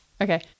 Okay